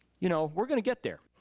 you know we're gonna get there.